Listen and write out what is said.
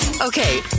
Okay